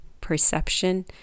perception